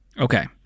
okay